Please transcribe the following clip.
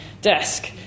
desk